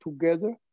together